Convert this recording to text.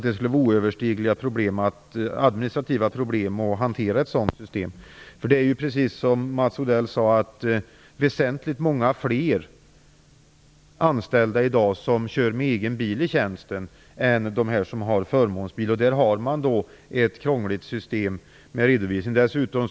Det är, precis som Mats Odell sade, väsentligt många fler anställda i dag som kör med egen bil i tjänsten än som har förmånsbil. För dem som kör egen bil finns ett krångligt redovisningssystem.